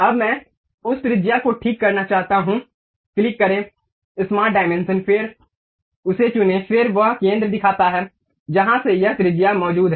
अब मैं उस त्रिज्या को ठीक करना चाहता हूं क्लिक करें स्मार्ट डायमेंशन फिर उसे चुनें फिर वह केंद्र दिखाता है जहां से यह त्रिज्या मौजूद है